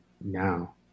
now